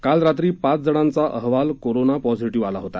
काल रात्री पाच जणांचा अहवाल कोरोना पॉझिटिव्ह आला होता